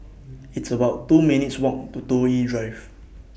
It's about two minutes' Walk to Toh Yi Drive